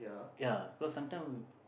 ya cause sometime